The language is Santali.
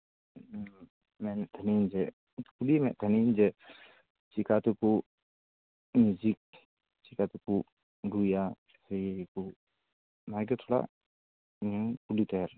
ᱢᱮᱱᱮᱫ ᱛᱟᱦᱮᱱᱤᱧ ᱡᱮ ᱠᱩᱞᱤᱭᱮᱫ ᱢᱮ ᱛᱟᱦᱮᱱᱤᱧ ᱡᱮ ᱪᱤᱠᱟᱹ ᱛᱮᱠᱚ ᱢᱤᱣᱡᱤᱠ ᱪᱮᱫᱞᱮᱠᱟ ᱠᱟᱛᱮ ᱠᱚ ᱨᱩᱭᱟ ᱥᱮ ᱚᱱᱟᱜᱮ ᱛᱷᱚᱲᱟ ᱤᱧᱟᱹᱜ ᱠᱩᱠᱞᱤ ᱛᱟᱦᱮᱸᱞᱮᱱᱟ